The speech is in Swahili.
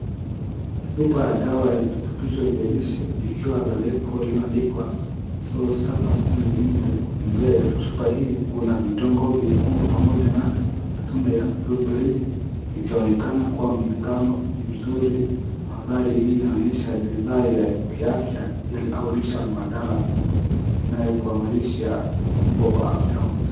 Chupa ya dawa ya virutubisho vya lishe ikiwa na lebo iliyoandikwa full surplus energy limited ambaye chupa hii kuna vidonge vyekundu pamoja na matunda ya blueberries , ikionekana kwa mlingano mzuri, mandhari hii inaonyesha bidhaa ya kiafya ya kulisha mbadala inayokomaishi nguvu afya ya mtu.